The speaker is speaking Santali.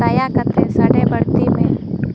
ᱫᱟᱭᱟ ᱠᱟᱛᱮ ᱥᱟᱰᱮ ᱵᱟᱹᱲᱛᱤᱭᱢᱮ